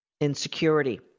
insecurity